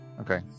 Okay